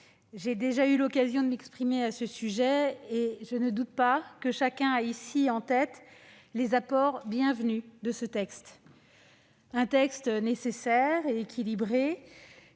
j'ai déjà eu l'occasion de m'exprimer à ce sujet. Je ne doute pas que chacun ici conserve à l'esprit les apports bienvenus de ce texte. C'est un texte nécessaire et équilibré,